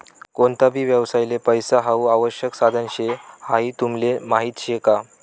कोणता भी व्यवसायले पैसा हाऊ आवश्यक साधन शे हाई तुमले माहीत शे का?